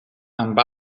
amb